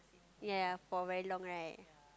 ya ya for very long right